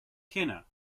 kenner